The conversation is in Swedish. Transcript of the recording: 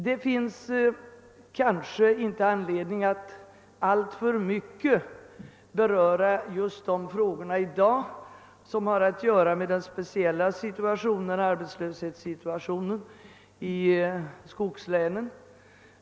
Det finns kanske inte anledning att i dag alltför mycket uppehålla sig vid den speciella = arbetslöshetssituationen = i skogslänen.